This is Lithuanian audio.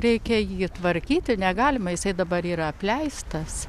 reikia jį tvarkyti negalima jisai dabar yra apleistas